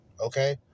Okay